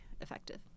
effective